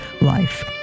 life